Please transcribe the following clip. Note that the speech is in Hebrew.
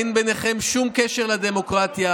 אין לכם שום קשר לדמוקרטיה,